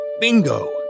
Bingo